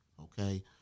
Okay